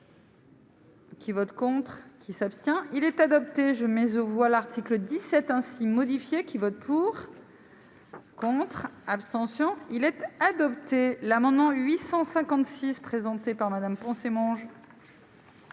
Qui vote contre qui s'abstient, il est adopté, je mais aux voix, l'article 17 ainsi modifiées qui vote pour. Contre, abstention il est adopté, l'amendement 856 présenté par Madame Poncet mange.